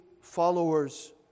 followers